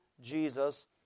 Jesus